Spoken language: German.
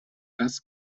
das